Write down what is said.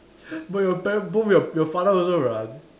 but your pa~ both your your father also run